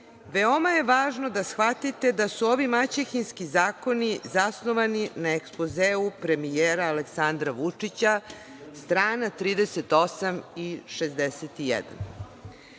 veoma je važno da shvatite da su ovi maćehinski zakoni zasnovani na ekspozeu premijera Aleksandra Vučića, strana 38 i 61.